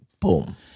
Boom